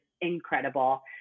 incredible